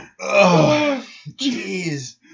jeez